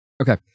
Okay